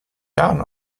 jahren